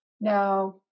Now